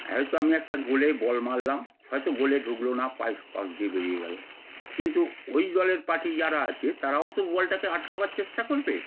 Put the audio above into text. হয়তো আমি একটা গোলে বল মারলাম হয়তো গোলে ঢুকলো না পাশ পাশ দিয়ে বেরিয়ে গেল কিন্তু ওই দলের পার্টি যারা আছে তারাও তো বলটাকে আটকাবার চেষ্টা করবে